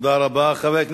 אתה בעצמך מתנחל.